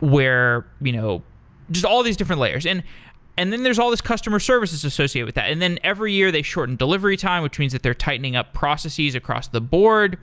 where you know just all of these different layers. and and then, there's all these customer services associated with that. and then, every year they shortened delivery time, which means that they're tightening up processes across the board.